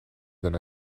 then